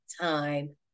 time